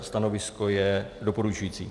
Stanovisko je doporučující.